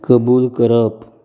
कबूल करप